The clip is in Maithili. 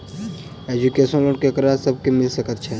एजुकेशन लोन ककरा सब केँ मिल सकैत छै?